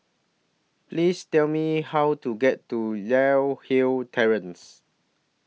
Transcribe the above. Please Tell Me How to get to Li Hwan Terrace